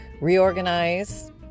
reorganize